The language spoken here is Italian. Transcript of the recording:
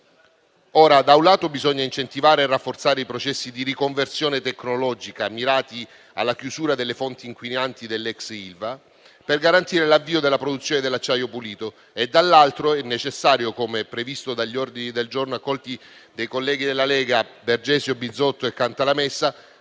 Ora - da un lato - bisogna incentivare e rafforzare i processi di riconversione tecnologica mirati alla chiusura delle fonti inquinanti dell'ex Ilva per garantire l'avvio della produzione dell'acciaio pulito e - dall'altro lato - è necessario - come previsto dall'ordine del giorno presentato dai colleghi della Lega Bergesio, Bizzotto e Cantalamessa